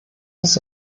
ist